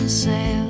sail